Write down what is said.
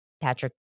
Patrick